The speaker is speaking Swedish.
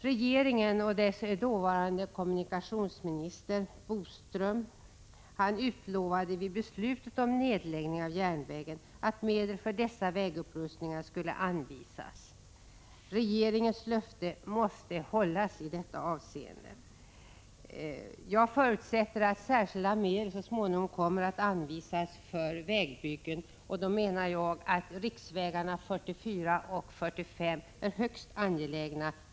Regeringen och dess dåvarande kommunikationsminister Boström utlovade i samband med beslutet om nedläggningen av järnvägen att medel för dessa vägupprustningar skulle anvisas. Regeringens löfte måste infrias i detta avseende. Jag förutsätter att särskilda medel så småningom kommer att anvisas till vägbyggen. Upprustning av riksvägarna 44 och 45 är högst angelägen.